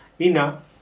Ina